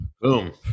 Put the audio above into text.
Boom